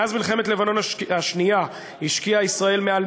מאז מלחמת לבנון השנייה השקיעה ישראל מעל